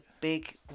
big